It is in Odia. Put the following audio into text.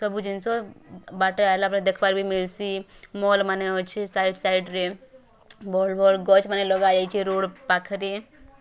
ସବୁ ଜିନିଷ୍ ବାଟେ ଆଇଲାବେଲେ ଦେଖବାର୍ ବି ମିଲ୍ସି ମଲ୍ମାନେ ଅଛି ସାଇଡ଼୍ ସାଇଡ଼୍ରେ ଭଲ୍ ଭଲ୍ ଗଛ୍ ମାନେ ଲଗାହେଇଛି ରୋଡ଼୍ ପାଖରେ